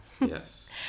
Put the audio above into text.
Yes